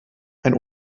ein